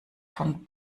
von